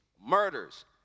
murders